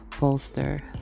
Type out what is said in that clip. bolster